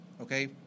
okay